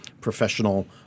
professional